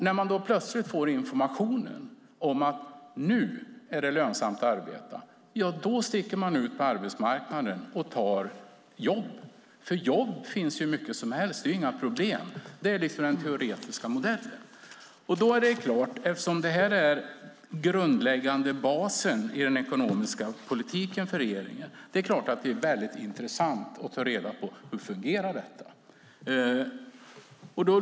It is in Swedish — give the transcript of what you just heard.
När man plötsligt får information om att det nu är lönsamt att arbeta ska man sticka ut på arbetsmarknaden och ta jobb - jobb finns hur många som helst, det är inga problem. Det är den teoretiska modellen. Eftersom det här är den grundläggande basen i den ekonomiska politiken för regeringen är det intressant att ta reda på om den fungerar.